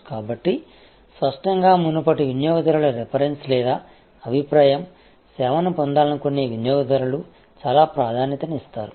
కాబట్టి స్పష్టంగా మునుపటి వినియోగదారుల రిఫరెన్స్ లేదా అభిప్రాయం సేవని పొందాలనుకునే వినియోగదారులు చాలా ప్రాధాన్యతని ఇస్తారు